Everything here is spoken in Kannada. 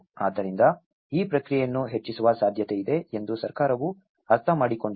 ಆದ್ದರಿಂದ ಈ ಪ್ರಕ್ರಿಯೆಯನ್ನು ಹೆಚ್ಚಿಸುವ ಸಾಧ್ಯತೆಯಿದೆ ಎಂದು ಸರ್ಕಾರವು ಅರ್ಥಮಾಡಿಕೊಂಡಿದೆ